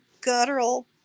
guttural